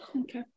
Okay